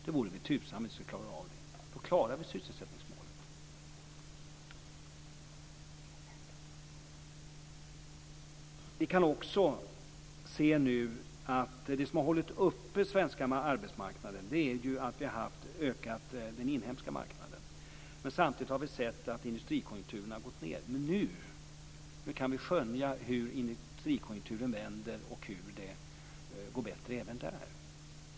Det vore väl tusan om vi inte skulle klara av det. Då klarar vi sysselsättningsmålet. Vi kan också se att det som har hållit den svenska arbetsmarknaden uppe är att vi har ökat den inhemska marknaden. Samtidigt har vi sett att industrikonjunkturen har gått ned. Men nu kan vi skönja hur industrikonjunkturen vänder och hur det går bättre även där.